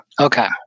Okay